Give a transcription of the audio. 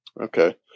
Okay